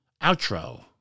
outro